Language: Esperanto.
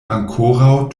ankoraŭ